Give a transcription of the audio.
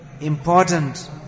important